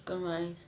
chicken rice